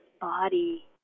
body